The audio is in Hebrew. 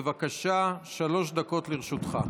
בבקשה, שלוש דקות לרשותך.